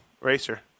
racer